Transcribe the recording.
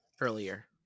earlier